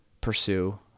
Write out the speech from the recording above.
pursue